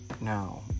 now